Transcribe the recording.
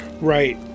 right